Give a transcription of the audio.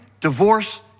divorce